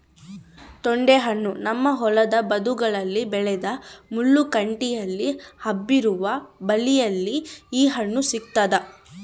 ತೊಂಡೆಹಣ್ಣು ನಮ್ಮ ಹೊಲದ ಬದುಗಳಲ್ಲಿ ಬೆಳೆದ ಮುಳ್ಳು ಕಂಟಿಯಲ್ಲಿ ಹಬ್ಬಿರುವ ಬಳ್ಳಿಯಲ್ಲಿ ಈ ಹಣ್ಣು ಸಿಗ್ತಾದ